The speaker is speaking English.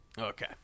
Okay